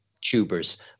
tubers